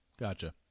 Gotcha